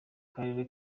karere